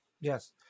Yes